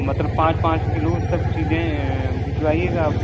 मतलब पाँच पाँच किलो सब चीज़ें भिजवाइएगा